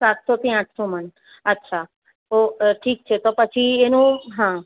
સાતસોથી આઠસો મણ અચ્છા ઓહ ઠીક છે તો પછી એનું હા